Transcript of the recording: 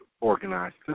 organized